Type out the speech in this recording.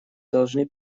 должны